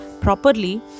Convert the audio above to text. properly